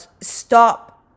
stop